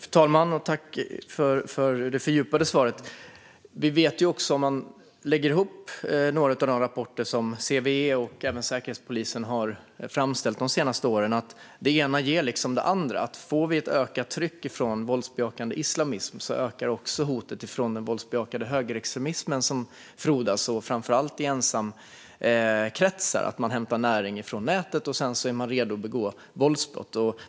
Fru talman! Jag tackar för det fördjupade svaret. Om man lägger ihop några av de rapporter som CVE och även Säkerhetspolisen har framställt de senaste åren vet vi att det ena ger det andra. Får vi ett ökat tryck från våldsbejakande islamism ökar också hotet från den våldsbejakande högerextremismen. Den frodas framför allt i ensamkretsar. Man hämtar näring från nätet, och sedan är man redo att begå våldsbrott.